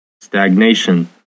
stagnation